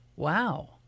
Wow